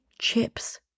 chips